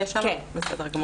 בסדר.